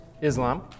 islam